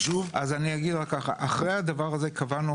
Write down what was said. אחרי הדבר הזה קבענו